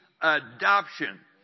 adoption